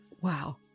Wow